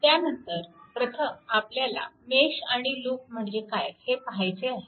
त्यानंतर प्रथम आपल्याला मेश आणि लूप म्हणजे काय हे पाहायचे आहे